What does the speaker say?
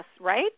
right